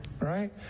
right